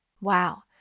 Wow